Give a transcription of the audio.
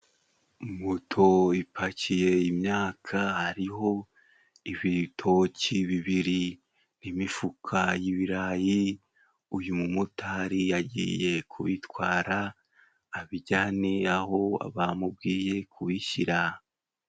Moto ipakiye imyaka hariho ibitoki bibiri n'imifuka y'ibirayi. Uyu mumotari yagiye kuyitwara abijyane aho bamubwiye kuyishyira